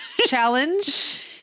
challenge